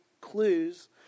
clues